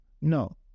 No